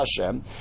Hashem